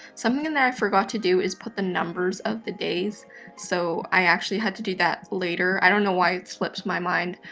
something and that i forgot to do is put the numbers of the days so i actually had to do that later. i don't know why it slips my mind.